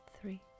three